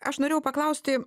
aš norėjau paklausti